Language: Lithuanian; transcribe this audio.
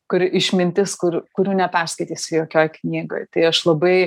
kur išmintis kur kurių neperskaitysi jokioj knygoj tai aš labai